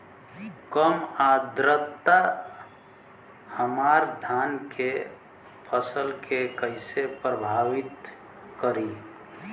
कम आद्रता हमार धान के फसल के कइसे प्रभावित करी?